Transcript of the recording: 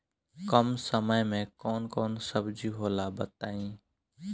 कम समय में कौन कौन सब्जी होला बताई?